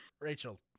Rachel